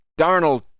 Darnold